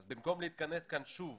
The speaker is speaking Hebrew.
אז במקום להתכנס כאן שוב